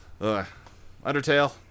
undertale